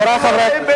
אחים שלכם באתיופיה,